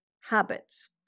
habits